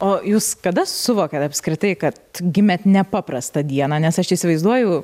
o jūs kada suvokėt apskritai kad gimėt nepaprastą dieną nes aš įsivaizduoju